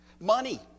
Money